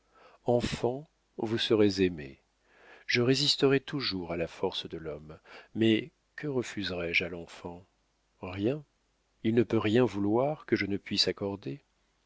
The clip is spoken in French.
enfant vous serez aimé je résisterai toujours à la force de l'homme mais que refuserais-je à l'enfant rien il ne peut rien vouloir que je ne puisse accorder